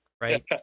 right